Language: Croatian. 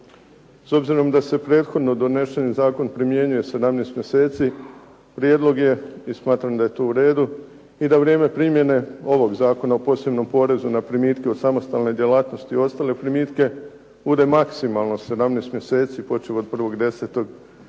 S obzirom da se prethodno doneseni zakon primjenjuje 17 mjeseci prijedlog je, i smatram da je to u redu, i da vrijeme primjene ovog Zakona o posebnom porezu na primitke od samostalne djelatnosti i ostale primitke, bude maksimalno 17 mjeseci počev od 01. 10.